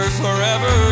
forever